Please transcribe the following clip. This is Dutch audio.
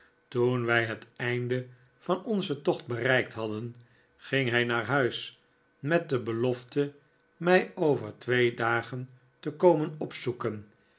toen wij het einde van onzen tocht bereikt hadden ging hij naar huis met de belofte mij over twee dagen te komen opzoeken